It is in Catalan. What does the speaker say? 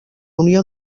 unió